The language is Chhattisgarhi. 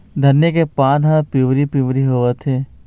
धनिया के पान हर पिवरी पीवरी होवथे?